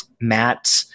Matt